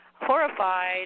horrified